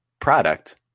product